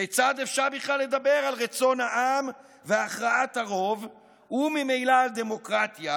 כיצד אפשר בכלל לדבר על רצון העם והכרעת הרוב וממילא על דמוקרטיה,